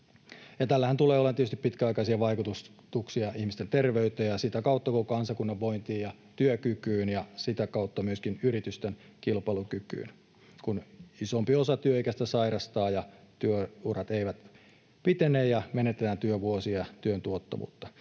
Tällähän tulee olemaan tietysti pitkäaikaisia vaikutuksia ihmisten terveyteen ja sitä kautta koko kansakunnan vointiin ja työkykyyn ja sitä kautta myöskin yritysten kilpailukykyyn, kun isompi osa työikäisistä sairastaa ja työurat eivät pitene ja menetetään työvuosia ja työn tuottavuutta.